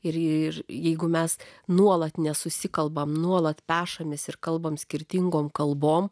ir jeigu mes nuolat nesusikalbame nuolat pešamės ir kalbame skirtingom kalbom